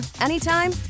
anytime